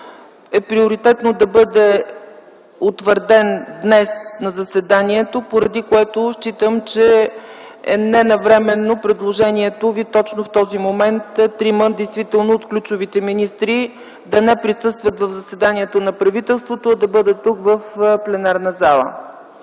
е приоритетно да бъде утвърден на заседанието на Министерския съвет, поради което считам, че е ненавременно предложението Ви точно в този момент трима от ключовите министри да не присъстват на заседанието на правителството, а да бъдат тук, в пленарната зала.